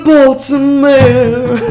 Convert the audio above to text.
Baltimore